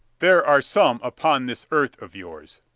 there are some upon this earth of yours,